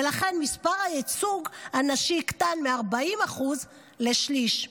ולכן הייצוג הנשי יקטן מ-40% לשליש.